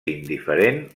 indiferent